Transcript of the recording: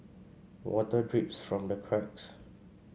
water drips from the cracks